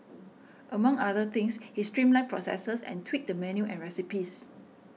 among other things he streamlined processes and tweaked the menu and recipes